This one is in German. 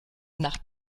nach